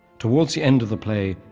towards the end of the play,